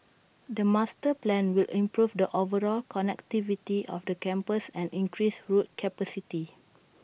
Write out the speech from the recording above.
the master plan will improve the overall connectivity of the campus and increase road capacity